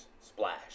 splash